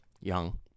young